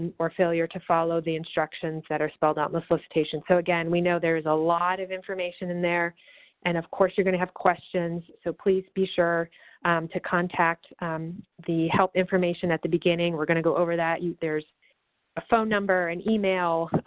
and or failure to follow the instructions that are spelled out on the solicitation so again, we know there is a lot of information in there and of course you're going to have questions so please be sure to contact the help information at the beginning. we're going to go over that. yeah there's a phone number, an email,